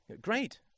Great